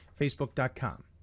facebook.com